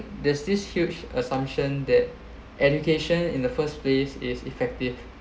does this huge assumption that education in the first place is effective